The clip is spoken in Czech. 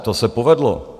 To se povedlo!